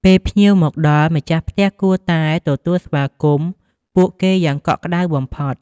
ពេលភ្ញៀវមកដល់ ម្ចាស់ផ្ទះគួរតែទទួលស្វាគមន៍ ពួកគេយ៉ាងកក់ក្ដៅបំផុត។